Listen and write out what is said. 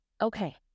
okay